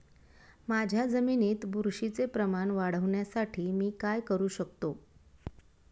माझ्या जमिनीत बुरशीचे प्रमाण वाढवण्यासाठी मी काय करू शकतो?